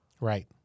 Right